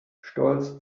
stolz